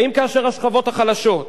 האם כאשר השכבות החלשות,